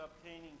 obtaining